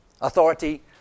Authority